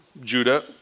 Judah